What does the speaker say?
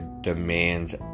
demands